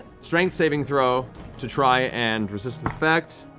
strength saving throw to try and resist the effect.